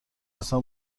اصلا